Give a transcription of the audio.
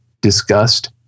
disgust